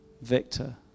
victor